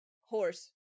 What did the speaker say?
horse